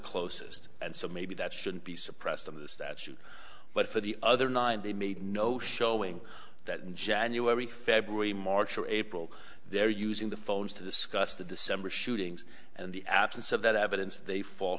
closest and so maybe that shouldn't be suppressed on the statute but for the other nine they made no showing that in january february march or april they're using the phones to discuss the december shootings and the absence of that evidence they fall